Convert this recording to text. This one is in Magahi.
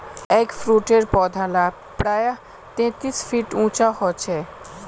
एगफ्रूटेर पौधा ला प्रायः तेतीस फीट उंचा होचे